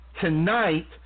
tonight